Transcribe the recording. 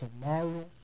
tomorrow